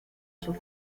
sus